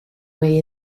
way